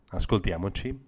ascoltiamoci